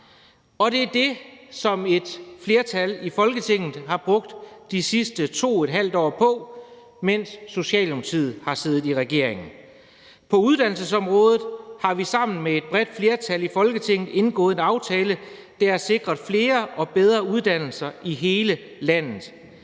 Det er det, som et flertal i Folketinget har brugt de sidste 2½ år på, mens Socialdemokratiet har siddet i regering. På uddannelsesområdet har vi sammen med et bredt flertal i Folketinget indgået en aftale, der sikrer flere og bedre uddannelser i hele landet.